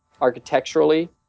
architecturally